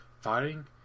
fighting